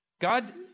God